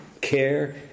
care